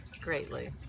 greatly